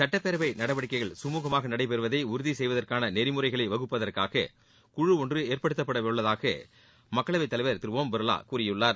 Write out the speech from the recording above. சட்டப்பேரவை நடவடிக்கைகள் சுமுகமாக நடைபெறுவதை உறுதி செய்வதற்கான நெறிமுறைகளை வகுப்பதற்காக குழு ஒன்று ஏற்படுத்தப்பட உள்ளதாக மக்களவைத் தலைவர் திரு ஒம் பிர்வா கூறியுள்ளார்